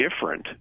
different